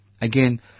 Again